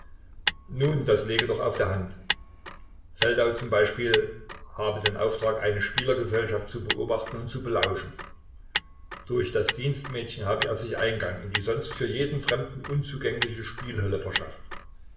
nun das läge doch auf der hand feldau zum beispiel habe den auftrag eine spielergesellschaft zu beobachten und zu belauschen durch das dienstmädchen habe er sich eingang in die sonst für jeden fremden unzugängliche spielhölle verschafft